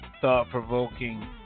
thought-provoking